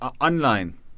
Online